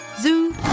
Zoo